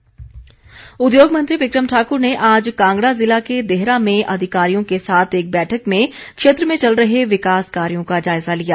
बिक्रम ठाकुर उद्योग मंत्री बिक्रम ठाक्र ने आज कांगड़ा ज़िला के देहरा में अधिकारियों के साथ एक बैठक में क्षेत्र में चल रहे विकास कार्यों का जायजा लिया